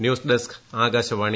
news desk Akashvani